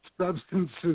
substances